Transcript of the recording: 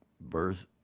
birth